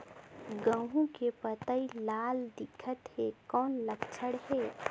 गहूं के पतई लाल दिखत हे कौन लक्षण हे?